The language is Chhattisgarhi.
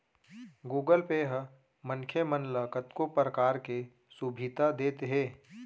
गुगल पे ह मनखे मन ल कतको परकार के सुभीता देत हे